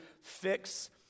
fix